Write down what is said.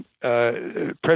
President